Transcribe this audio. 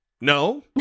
No